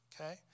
Okay